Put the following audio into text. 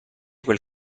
quel